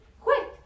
Quick